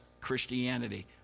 Christianity